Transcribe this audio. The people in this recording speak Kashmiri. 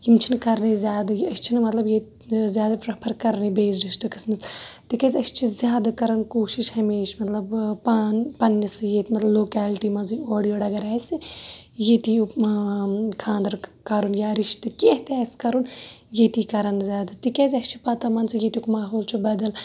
یِم چھِنہٕ کَرنٕے زیادٕ یہِ أسۍ چھِنہٕ مَطلَب زیادٕ پریٚفر کَرنٕے بیٚیِس ڈِسٹرکَس مَنٛز تکیازِ أسۍ چھِ زیادٕ کَران کوٗشِش ہَمیشہ مَطلَب پَان پَننِس ییٚتہِ مَطلَب لوکیلٹی مَنٛزٕے اورٕ یورٕ اَگَر آسہِ ییٚتہِ یہِ خانٛدَر کَرُن یا رِشتہٕ کینٛہہ تہِ آسہِ کَرُن ییٚتی کَران زیادٕ تکیازِ اَسہِ چھِ پَتہ مان ژٕ ییٚتیُک ماحول چھُ بَدَل